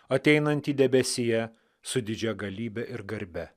ateinantį debesyje su didžia galybe ir garbe